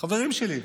חברים שלי.